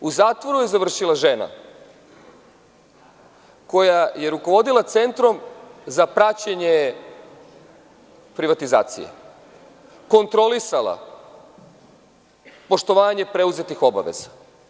U zatvoru je završila žena, koja je rukovodila Centrom za praćenje privatizacije, kontrolisala poštovanje preuzetih obaveza.